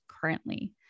currently